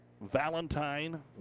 Valentine